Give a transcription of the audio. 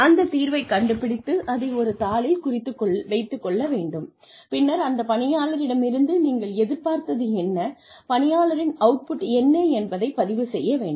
அந்த தீர்வை கண்டுபிடித்து அதை ஒரு தாளில் குறித்து வைத்துக் கொள்ள வேண்டும் பின்னர் அந்த பணியாளரிடமிருந்து நீங்கள் எதிர்பார்த்தது என்ன பணியாளரின் அவுட்புட் என்ன என்பதைப் பதிவு செய்ய வேண்டும்